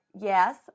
Yes